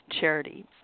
charity